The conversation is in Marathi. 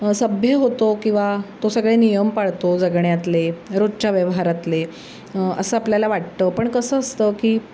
सभ्य होतो किंवा तो सगळे नियम पाळतो जगण्यातले रोजच्या व्यवहारातले असं आपल्याला वाटतं पण कसं असतं की